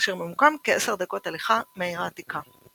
אשר ממוקם כ-10 דקות הליכה מהעיר העתיקה.